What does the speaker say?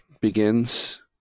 begins